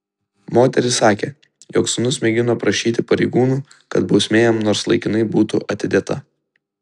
moteris sakė jog sūnus mėgino prašyti pareigūnų kad bausmė jam nors laikinai būtų atidėta